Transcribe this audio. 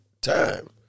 time